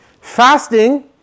Fasting